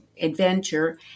adventure